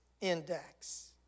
Index